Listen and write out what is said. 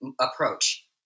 approach